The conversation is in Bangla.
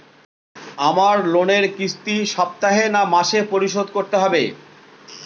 আমার লোনের কিস্তি সপ্তাহে না মাসে পরিশোধ করতে হবে?